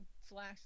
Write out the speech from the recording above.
flash